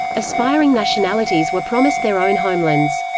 aspiring nationalities were promised their own homelands.